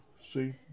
See